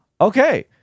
Okay